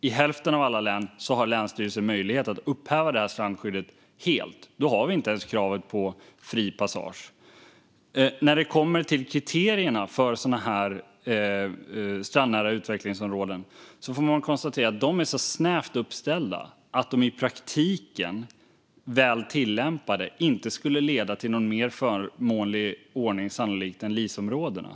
I hälften av alla län har länsstyrelsen möjlighet att upphäva det här strandskyddet helt. Då har vi inte ens kravet på fri passage. När det gäller kriterierna för sådana här strandnära utvecklingsområden får man konstatera att de är så snävt uppställda att de i praktiken, väl tillämpade, sannolikt inte skulle leda till någon mer förmånlig ordning än LIS-områdena.